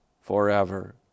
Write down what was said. forever